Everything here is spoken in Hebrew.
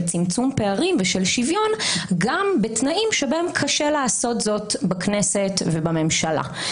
צמצום פערים ושל שוויון גם בתנאים שבהם קשה לעשות זאת בכנסת ובממשלה.